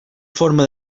forma